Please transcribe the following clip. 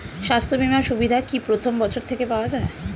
স্বাস্থ্য বীমার সুবিধা কি প্রথম বছর থেকে পাওয়া যায়?